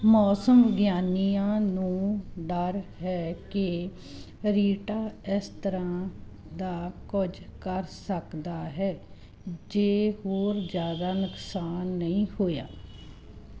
ਮੌਸਮ ਵਿਗਿਆਨੀਆਂ ਨੂੰ ਡਰ ਹੈ ਕਿ ਰੀਟਾ ਇਸ ਤਰ੍ਹਾਂ ਦਾ ਕੁੱਝ ਕਰ ਸਕਦਾ ਹੈ ਜੇ ਹੋਰ ਜ਼ਿਆਦਾ ਨੁਕਸਾਨ ਨਹੀਂ ਹੋਇਆ